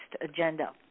agenda